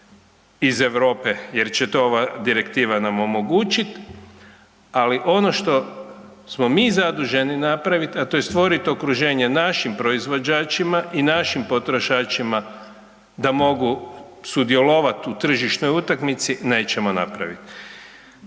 iz Europe jer će to ova direktiva nam omogućit, ali ono što smo mi zaduženi napravit, a to je stvorit okruženje našim proizvođačima i našim potrošačima da mogu sudjelovat u tržišnoj utakmici, nećemo napravit.